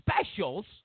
specials